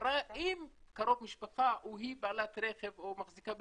אם קרוב משפחה או היא בעלת רכב או מחזיקה ברכב,